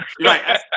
Right